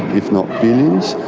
if not billions.